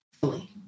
fully